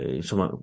insomma